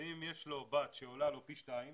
אם יש לו בת שעולה לו פי שניים